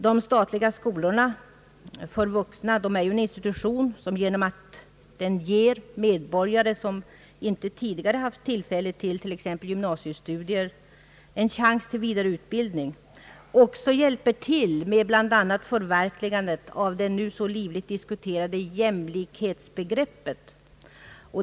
De statliga skolorna för vuxna är institutioner som på grund av att de ger medborgare som inte tidigare haft tillfälle till exempelvis gymnasiestudier en chans till vidareutbildning och hjälper till med bl.a. förverkligandet av det nu .så livligt diskuterade jämlikhetsbegreppet.